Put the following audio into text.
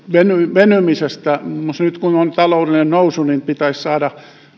muun muassa nyt kun on taloudellinen nousu pitäisi saada